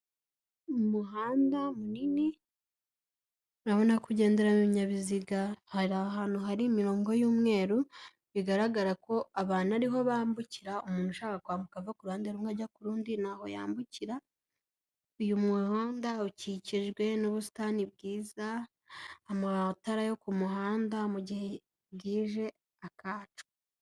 Umuhanda munini, urabona ko ugenderamo ibinyabiziga, hari ahantu hari imirongo y'umweru, bigaragara ko abantu ariho bambukira, umuntu ushaka kwambuka ava kuru ruhande rumwe, ajya kurundi, ni aho yambukira, uyu muhanda ukikijwe n'ubusitani bwiza, amatara yo ku muhanda, mu gihe bwije akahaca.